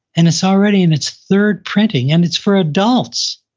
and it's already in its third printing and it's for adults.